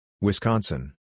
Wisconsin